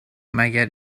مگر